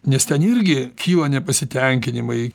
nes ten irgi kyla nepasitenkinimai